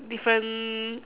different